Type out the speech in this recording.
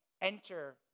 Enter